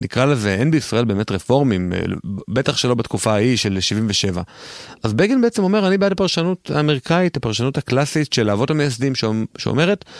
נקרא לזה, אין בישראל באמת רפורמים, בטח שלא בתקופה ההיא של 77. אז בגין בעצם אומר, אני בעד הפרשנות האמריקאית, הפרשנות הקלאסית של האבות המייסדים שאומרת,